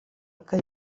que